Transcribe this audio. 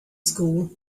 school